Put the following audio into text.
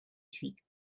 suis